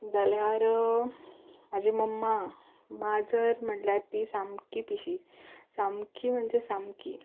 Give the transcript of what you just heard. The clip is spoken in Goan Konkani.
जाल्यार म्हजी मम्मा माजर म्हणल्यार ती सामकी पिशी सामकी म्हणजे सामकी